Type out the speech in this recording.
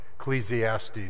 Ecclesiastes